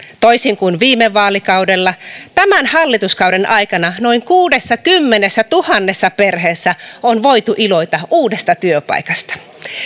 toisin kuin viime vaalikaudella tämän hallituskauden aikana noin kuudessakymmenessätuhannessa perheessä on voitu iloita uudesta työpaikasta